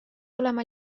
olema